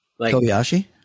Kobayashi